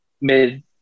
mid